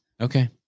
Okay